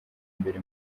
mbere